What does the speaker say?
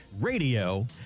RADIO